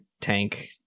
tank